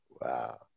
Wow